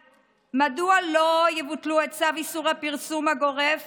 עד שאקבל עליהן תשובות: 1. מדוע לא יבוטל צו איסור הפרסום הגורף